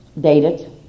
dated